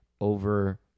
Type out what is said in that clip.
over